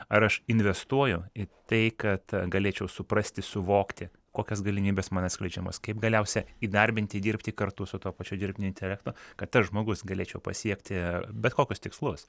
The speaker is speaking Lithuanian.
ar aš investuoju į tai kad galėčiau suprasti suvokti kokios galimybės man atskleidžiamos kaip galiausia įdarbinti dirbti kartu su tuo pačiu dirbtiniu intelektu kad tas žmogus galėčiau pasiekti bet kokius tikslus